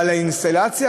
והאינסטלציה,